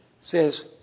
says